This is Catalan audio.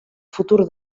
futur